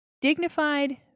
dignified